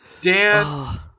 Dan